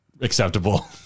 acceptable